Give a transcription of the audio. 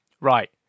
right